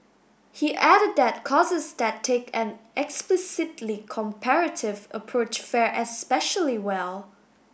he added that courses that take an explicitly comparative approach fare especially well